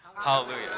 hallelujah